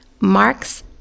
Mark's